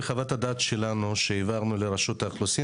בחוות הדעת שהעברנו לרשות האוכלוסין